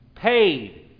Paid